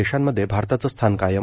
देशांमध्ये भारताचं स्थान कायम